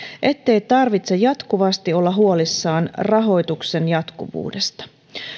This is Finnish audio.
ettei tarvitse jatkuvasti olla huolissaan rahoituksen jatkuvuudesta